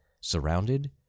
surrounded